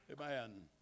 Amen